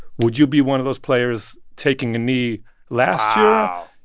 would you be one of those players taking a knee last yeah